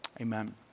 Amen